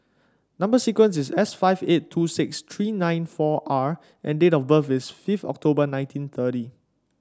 number sequence is S five eight two six three nine four R and date of birth is fifith October nineteen thirty